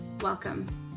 Welcome